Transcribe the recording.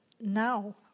now